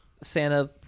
Santa